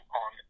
on